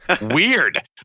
weird